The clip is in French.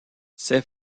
ces